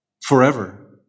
Forever